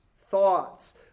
thoughts